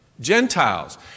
Gentiles